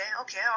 okay